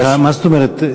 מה זאת אומרת?